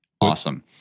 Awesome